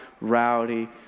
rowdy